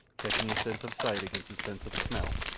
checking his sense of sight against his sense of smell,